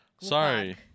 Sorry